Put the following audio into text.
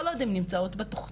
כל עוד הן נמצאות בתוכנית,